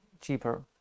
cheaper